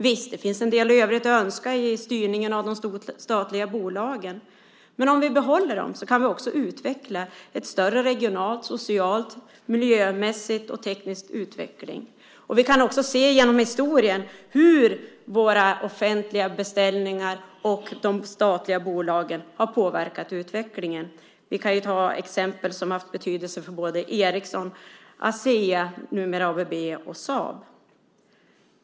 Visst finns det en del övrigt att önska i styrningen av de statliga bolagen, men om vi behåller dem kan vi utveckla en större regional, social, miljömässig och teknisk utveckling. Vi kan också se hur våra offentliga beställningar och de statliga bolagen har påverkat utvecklingen genom historien. Vi kan ta Ericsson, Asea, numera ABB, och Saab som exempel på bolag som haft betydelse.